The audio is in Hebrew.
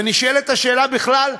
ונשאלת השאלה, בכלל,